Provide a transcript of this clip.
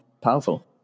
powerful